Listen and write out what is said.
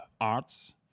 arts